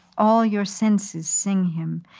all your senses sing him,